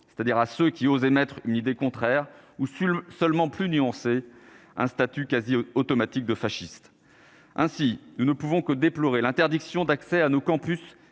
c'est-à-dire à ceux qui osent émettre une idée contraire ou si seulement plus nuancée, un statut quasi automatique de fasciste, ainsi, nous ne pouvons que déplorer l'interdiction d'accès à nos campus